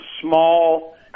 small